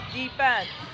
defense